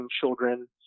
children